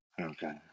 Okay